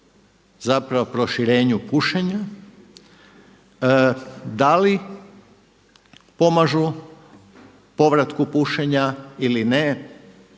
pomaže proširenju pušenja. Da li pomažu povratku pušenja ili ne,